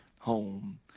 home